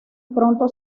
pronto